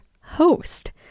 host